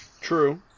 True